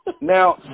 Now